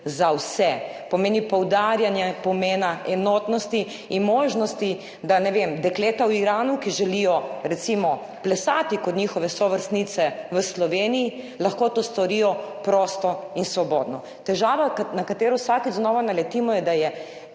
za vse, pomeni poudarjanje pomena enotnosti in možnosti da, ne vem, dekleta v Iranu, ki želijo recimo plesati kot njihove sovrstnice v Sloveniji, lahko to storijo prosto in svobodno. Težava, na katero vsakič znova naletimo je, da je